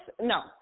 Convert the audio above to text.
no